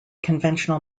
conventional